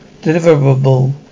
deliverable